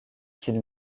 qu’il